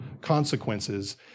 consequences